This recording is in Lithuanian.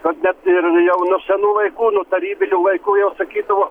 kad net ir jau nuo senų laikų nuo tarybinių laikų jau sakydavo